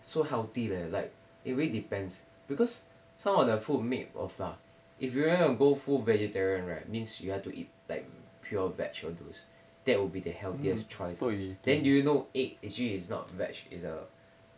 so healthy leh like it really depends because some of their food made of flour if you going to go full vegetarian right means you have to eat like pure veg all those that will be the healthiest choice then do you know egg actually is not veg it's a